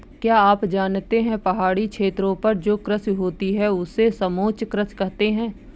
क्या आप जानते है पहाड़ी क्षेत्रों पर जो कृषि होती है उसे समोच्च कृषि कहते है?